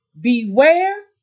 Beware